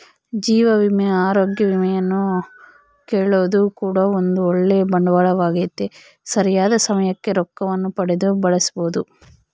ಜೀವ ವಿಮೆ, ಅರೋಗ್ಯ ವಿಮೆಯನ್ನು ಕೊಳ್ಳೊದು ಕೂಡ ಒಂದು ಓಳ್ಳೆ ಬಂಡವಾಳವಾಗೆತೆ, ಸರಿಯಾದ ಸಮಯಕ್ಕೆ ರೊಕ್ಕವನ್ನು ಪಡೆದು ಬಳಸಬೊದು